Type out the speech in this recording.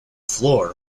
floor